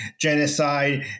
genocide